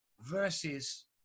versus